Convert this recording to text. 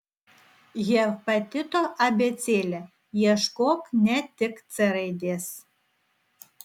hepatito abėcėlė ieškok ne tik c raidės